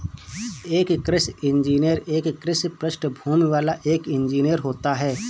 एक कृषि इंजीनियर एक कृषि पृष्ठभूमि वाला एक इंजीनियर होता है